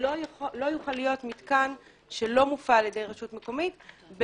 ולא יוכל להיות מתקן שלא יופעל על ידי רשות מקומית בהנחה,